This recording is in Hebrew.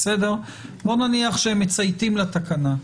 בוא נניח שהם מצייתים לתקנה,